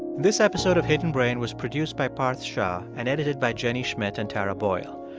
this episode of hidden brain was produced by parth shah and edited by jenny schmidt and tara boyle.